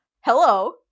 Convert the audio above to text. Hello